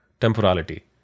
Temporality